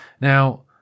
Now